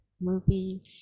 movie